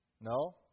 No